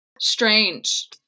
strange